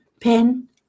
Pen